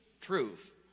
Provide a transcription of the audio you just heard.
truth